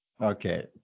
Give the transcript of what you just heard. Okay